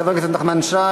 של חבר הכנסת נחמן שי,